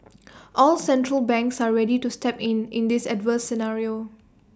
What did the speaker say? all central banks are ready to step in in this adverse scenario